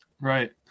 Right